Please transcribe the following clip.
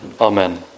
Amen